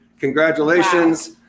Congratulations